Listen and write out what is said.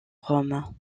rome